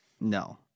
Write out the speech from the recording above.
No